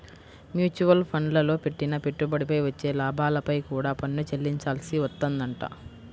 mutual ఫండ్లల్లో పెట్టిన పెట్టుబడిపై వచ్చే లాభాలపై కూడా పన్ను చెల్లించాల్సి వత్తదంట